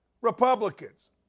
Republicans